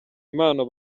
impano